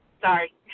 sorry